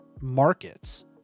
markets